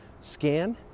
scan